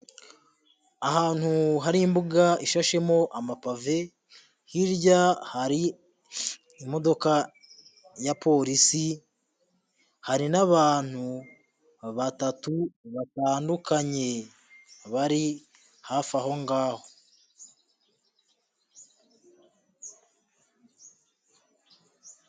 Ahantu hari imbuga ishashemo amapave, hirya hari imodoka ya polisi, hari n'abantu batatu batandukanye bari hafi aho ngaho.